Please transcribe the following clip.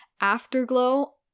afterglow